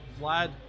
Vlad